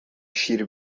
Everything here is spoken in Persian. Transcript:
شیر